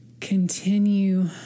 Continue